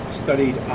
studied